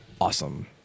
awesome